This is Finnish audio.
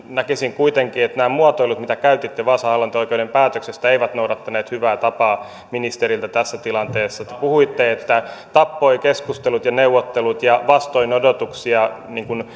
näkisin kuitenkin että nämä muotoilut mitä käytitte vaasan hallinto oikeuden päätöksestä eivät noudattaneet hyvää tapaa ministeriltä tässä tilanteessa puhuitte että tappoi keskustelut ja neuvottelut ja että vastoin odotuksia